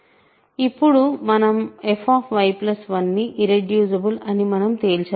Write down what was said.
ఇప్పుడు మనం fy1 ని ఇర్రెడ్యూసిబుల్ అని మనం తేల్చవచ్చు